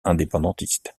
indépendantistes